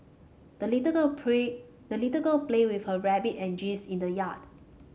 the little girl pray the little girl played with her rabbit and geese in the yard